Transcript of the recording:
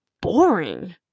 boring